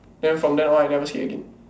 then from then on I never skate again